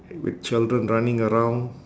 with children running around